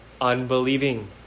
unbelieving